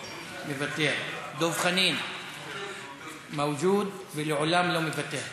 מוותר, דב חנין, מאוג'וד ולעולם לא מוותר.